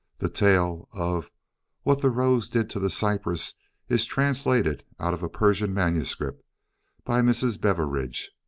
the tale of what the rose did to the cypress is translated out of a persian manuscript by mrs. beveridge.